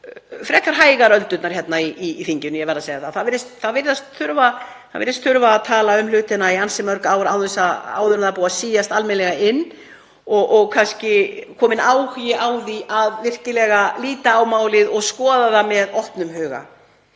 frekar hægar, ég verð að segja það. Það virðist þurfa að tala um hlutina í ansi mörg ár áður en þeir síast almennilega inn og kannski kominn áhugi á að virkilega líta á málið og skoða það með opnum huga.